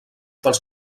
pels